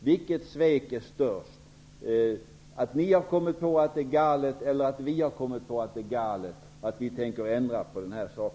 Vilket svek är störst: Är det att ni har kommit på att systemet är galet, eller är det att vi har kommit på att det är galet och tänker ändra på det?